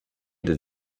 that